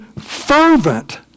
fervent